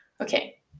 Okay